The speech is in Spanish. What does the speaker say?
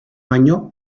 año